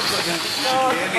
פועל.